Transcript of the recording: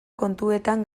kontuetan